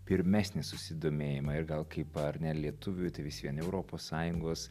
pirmesnį susidomėjimą ir gal kaip ar ne lietuviui tai vis vien europos sąjungos